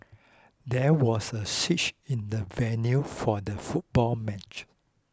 there was a switch in the venue for the football match